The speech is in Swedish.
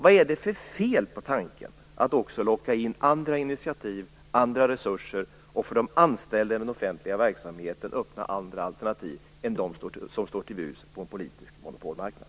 Vad är det för fel på tanken att också locka in andra initiativ och andra resurser och att för de anställda inom den offentliga verksamheten öppna andra alternativ än de som står till buds på en politisk monopolmarknad?